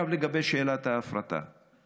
לגבי שאלת ההפרטה,